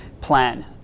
plan